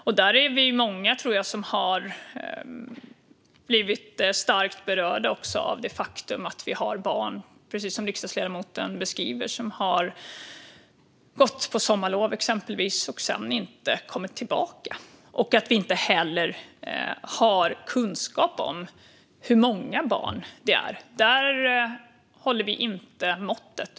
Jag tror att vi är många som har blivit starkt berörda av det faktum att det, precis som riksdagsledamoten beskriver, finns barn som exempelvis har gått på sommarlov och sedan inte kommit tillbaka. Vi har heller inte kunskap om hur många barn det rör sig om. Där håller vi inte måttet.